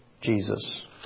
Jesus